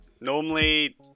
normally